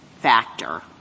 factor